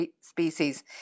species